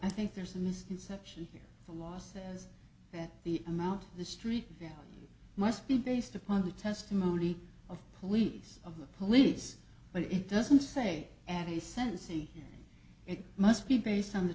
i think there's a misconception here the law says that the amount the street value must be based upon the testimony of police of the police but it doesn't say at a sense see it must be based on the